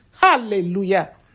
hallelujah